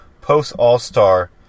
Post-All-Star